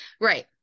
Right